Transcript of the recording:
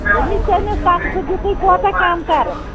دوٚپمے ژےٚ مےٚ سَستہٕ دِتُے کوتاہ کَم کَرَس